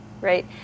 right